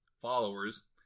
followers